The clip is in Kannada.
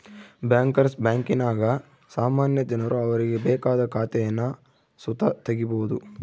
ಬ್ಯಾಂಕರ್ಸ್ ಬ್ಯಾಂಕಿನಾಗ ಸಾಮಾನ್ಯ ಜನರು ಅವರಿಗೆ ಬೇಕಾದ ಖಾತೇನ ಸುತ ತಗೀಬೋದು